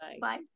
Bye